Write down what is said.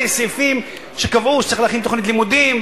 סעיפים שקבעו שצריך להכין תוכנית לימודים,